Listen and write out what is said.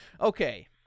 okay